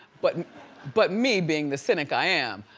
but but me being the cynic i am,